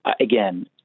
Again